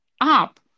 up